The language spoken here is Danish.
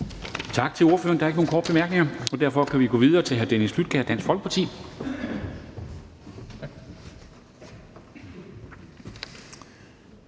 Tak til ordføreren. Der er ikke nogen korte bemærkninger, og derfor kan vi gå videre til hr. Dennis Flydtkjær, Dansk Folkeparti.